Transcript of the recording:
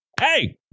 Hey